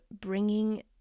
bringing